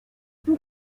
nous